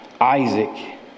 Isaac